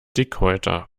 dickhäuter